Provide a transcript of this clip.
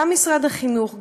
גם משרד החינוך,